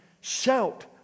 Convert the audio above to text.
Shout